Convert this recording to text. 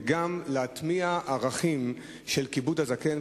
וגם להטמיע ערכים של כיבוד הזקן,